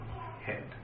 head